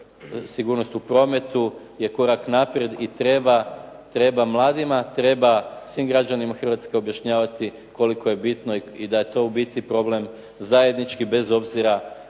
Sigurnost u prometu je korak naprijed i treba mladima, treba svim građanima Hrvatske objašnjavati koliko je bitno i da je to u biti problem zajednički, bez obzira